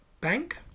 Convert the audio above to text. bank